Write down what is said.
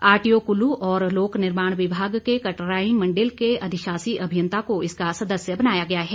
RTO Kullu और लोकनिर्माण विभाग के कटराई मंडल के अधिशाषी अभियंता को इसका सदस्य बनाया गया है